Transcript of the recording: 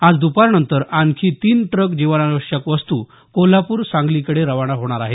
आज दुपारनंतर आणखी तीन ट्रक जीवनावश्यक वस्तू कोल्हापूर सांगलीकडे रवाना होणार आहेत